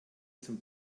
zum